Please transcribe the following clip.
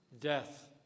death